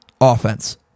offense